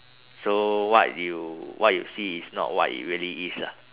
so what you what you see is not what it really is lah